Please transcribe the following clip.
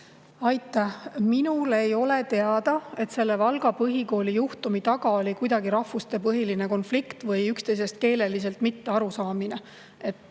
Aitäh! Minule ei ole teada, et selle Valga põhikooli juhtumi taga oli kuidagi rahvusepõhine konflikt või üksteisest keeleliselt mitte arusaamine.